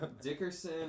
Dickerson